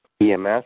EMS